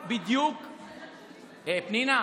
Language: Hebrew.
פנינה,